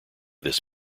this